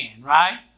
right